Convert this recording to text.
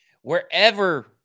Wherever